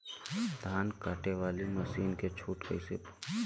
धान कांटेवाली मासिन के छूट कईसे पास होला?